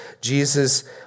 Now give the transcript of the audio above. Jesus